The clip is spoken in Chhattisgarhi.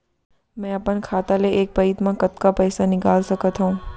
मैं अपन खाता ले एक पइत मा कतका पइसा निकाल सकत हव?